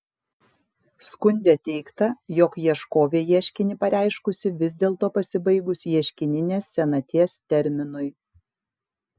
skunde teigta jog ieškovė ieškinį pareiškusi vis dėlto pasibaigus ieškininės senaties terminui